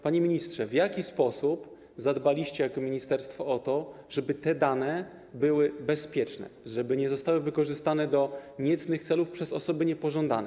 Panie ministrze, w jaki sposób zadbaliście jako ministerstwo o to, żeby dane były bezpieczne, żeby nie zostały wykorzystane do niecnych celów przez osoby niepożądane?